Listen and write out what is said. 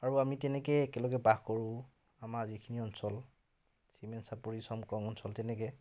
আৰু আমি তেনেকৈ একেলগে বাস কৰোঁ আমাৰ যিখিনি অঞ্চল চিমেন চাপৰি চমকং অঞ্চল তেনেকৈ